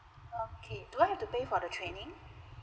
okay do I have to pay for the training